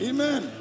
Amen